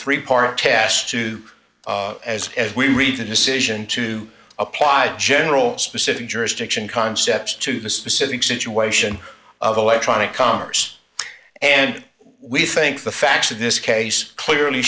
three part test to as as we read the decision to apply general specific jurisdiction concepts to the specific situation of electronic commerce and we think the facts of this case clearly